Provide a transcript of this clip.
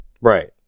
Right